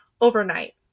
Overnight